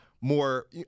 more